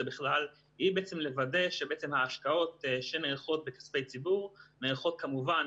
בכלל היא בעצם לוודא שהשקעות שנערכות בכספי ציבור נערכות כמובן